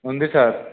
ఉంది సార్